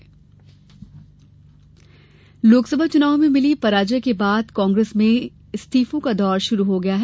कांग्रेस इस्तीफा लोकसभा चुनाव में मिली पराजय के बाद कांग्रेस में इस्तीफों का दौर शुरू हो गया है